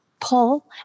pull